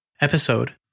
episode